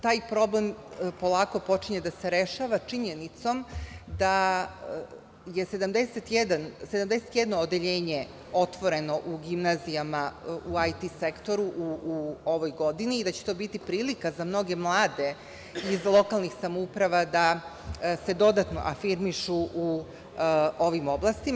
Taj problem polako počinje da se rešava činjenicom da je 71 odeljenje otvoreno u gimnazijama u IT sektoru u ovoj godini i da će to biti prilika za mnoge mlade iz lokalnih samouprava da se dodatno afirmišu u ovim oblastima.